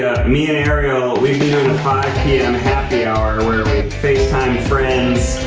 me and ariel, we've been doing the five pm happy hour where we facetime friends.